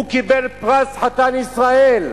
הוא קיבל פרס ישראל.